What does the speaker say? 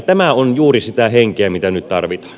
tämä on juuri sitä henkeä mitä nyt tarvitaan